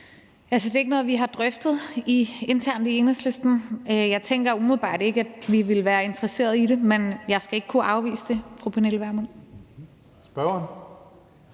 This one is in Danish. det er ikke noget, vi har drøftet internt i Enhedslisten. Jeg tænker umiddelbart ikke, at vi vil være interesseret i det, men jeg skal ikke kunne afvise det, fru